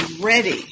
ready